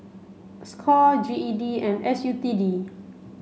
Score G E D and S U T D